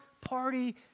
party